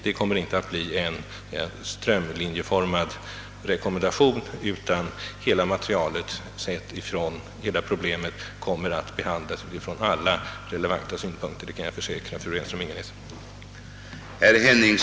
Det kommer alltså inte att bli någon strömlinjeformad rekommendation, utan hela problemet kommer att redovisas med hänsyn tagen till alla relevanta synpunkter, det kan jag försäkra fru Renström-Ingenäs.